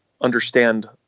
understand